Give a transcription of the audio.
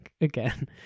again